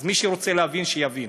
מי שרוצה להבין, שיבין.